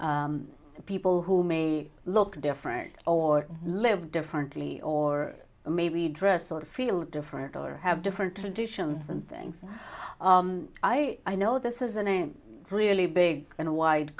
people who may look different or live differently or maybe dress or feel different or have different traditions and things i know this is a name really big and wide